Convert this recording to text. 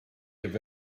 have